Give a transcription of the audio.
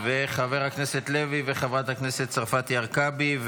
חבר הכנסת לוי, חברת הכנסת צרפתי הרכבי.